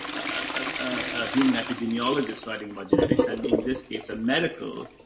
ah, human epidemiologist writing about genetics. and in this case, a medical,